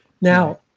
Now